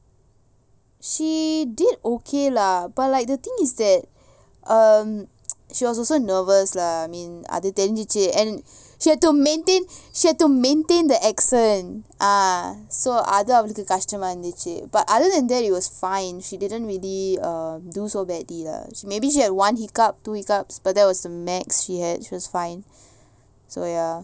she did okay lah but like the thing is that um she was also nervous lah I mean அதுதெரிஞ்சிச்சு:adhu therinjichu and she had to maintain she had to maintain the accent ah so அதுஅவளுக்குகஷ்டமாஇருந்துச்சு:adhu avaluku kastama irunthuchu but other than that it was fine she didn't really err do so badly lah maybe she had one hiccup to hiccups but that was the max she had she was fine so ya